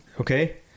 Okay